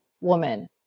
woman